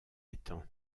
étang